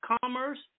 commerce